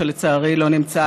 שלצערי לא נמצא כאן.